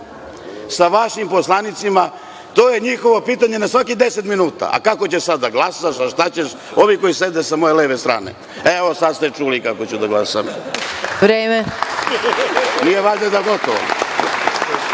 sa vašim poslanicima, to je njihovo bilo pitanje na svakih deset minuta, a kako ćeš sada da glasaš, a šta ćeš, baš ovi koji sede sa moje leve strane. Evo, sad ste čuli kako ću da glasam. **Maja Gojković** Molim